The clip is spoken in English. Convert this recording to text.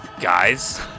Guys